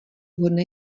vhodné